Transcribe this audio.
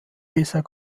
bisher